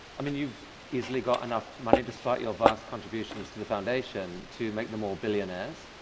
i mean you've easily got enough money despite your vast contributions to the foundation to make them all billionaires.